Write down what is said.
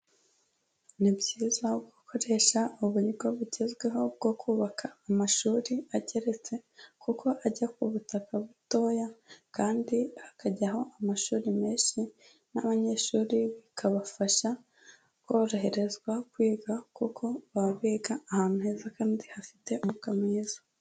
Ni byiza gukoresha uburyo bugezweho bwo kubaka amashuri ageretse, kuko ajya ku butaka butoya kandi hakajyaho amashuri menshi n'abanyeshuri bikabafasha koroherezwa kwiga, kuko baba biga ahantu heza kandi hafite umwuka mwiza.